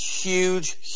huge